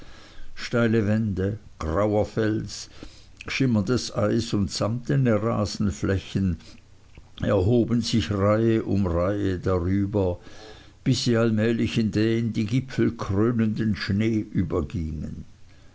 steile wände grauer fels schimmerndes eis und samtene rasenflächen erhoben sich reihe um reihe darüber bis sie allmählich in den die gipfel krönenden schnee übergingen